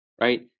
right